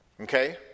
okay